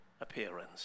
appearance